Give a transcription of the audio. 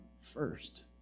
first